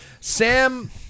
Sam